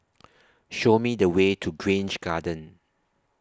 Show Me The Way to Grange Garden